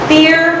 Fear